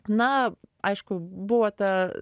na aišku buvo ta